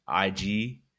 IG